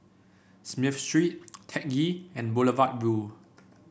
Smith Street Teck Ghee and Boulevard Vue